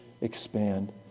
expand